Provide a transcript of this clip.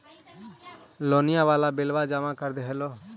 लोनिया वाला बिलवा जामा कर देलहो?